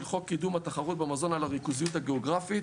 חוק קידום התחרות במזון על הריכוזיות הגיאוגרפית